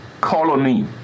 colony